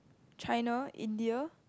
China India